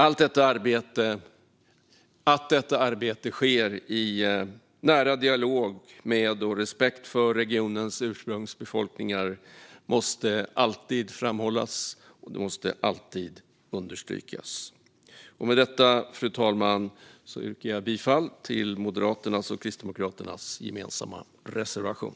Att detta arbete sker i nära dialog med och respekt för regionens ursprungsbefolkningar måste alltid framhållas och understrykas. Med detta, fru talman, yrkar jag alltså bifall till Moderaternas och Kristdemokraternas gemensamma reservation.